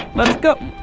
let's go.